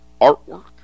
artwork